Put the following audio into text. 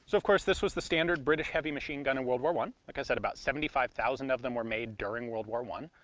so of course, this was the standard british heavy machine gun in world war one. like i said, about seventy five thousand of them were made during world war one,